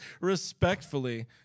Respectfully